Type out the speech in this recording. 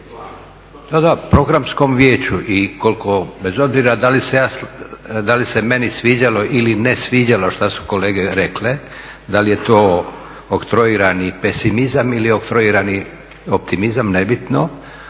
Da, da, Programskom vijeću i bez obzira da li se meni sviđalo ili ne sviđalo šta su kolege rekle, da li je to oktroirani pesimizam ili oktroirani optimizam nebitno,